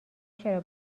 چرا